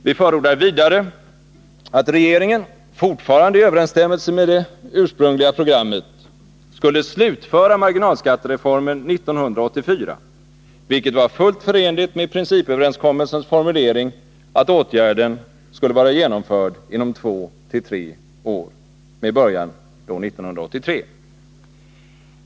Vi förordade vidare att regeringen — fortfarande i överensstämmelse med det ursprungliga programmet — skulle slutföra marginalskattereformen 1984, vilket var fullt förenligt med principöverenskommelsens formulering att åtgärden skulle vara genomförd inom två till tre år från 1983.